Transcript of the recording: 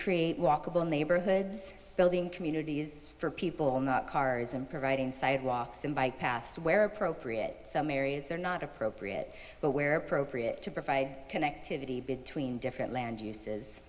create walkable neighborhoods building communities for people not cars and providing sidewalks and bike paths where appropriate some areas are not appropriate but where procreate to provide connectivity between different land